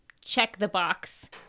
check-the-box